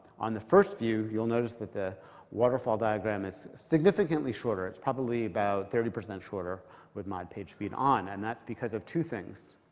on the first view, you'll notice that the waterfall diagram is significantly shorter. it's probably about thirty percent shorter with mod pagespeed on. and that's because of two things.